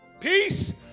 Peace